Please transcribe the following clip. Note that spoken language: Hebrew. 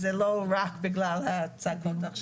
כך שזה לא רק בגלל הצעקות עכשיו.